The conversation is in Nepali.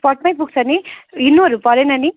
स्पटमै पुग्छ नि हिँड्नुहरू परेन नि